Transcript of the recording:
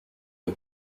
eux